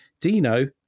Dino